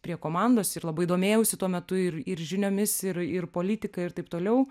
prie komandos ir labai domėjausi tuo metu ir ir žiniomis ir ir politika ir taip toliau